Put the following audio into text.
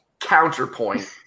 Counterpoint